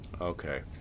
Okay